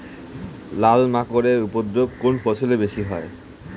লাল মাকড় এর উপদ্রব কোন ফসলে বেশি হয়?